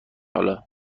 حالا